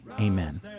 Amen